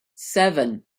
seven